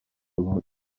around